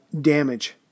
damage